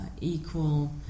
equal